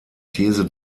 these